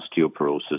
osteoporosis